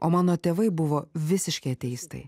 o mano tėvai buvo visiški ateistai